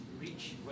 reach